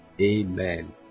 Amen